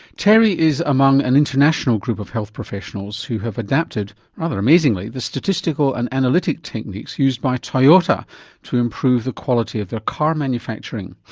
terry is among an international group of health professionals who have adapted, rather amazingly, the statistical and analytic techniques used by toyota to improve the quality of their car manufacturing.